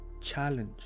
Challenge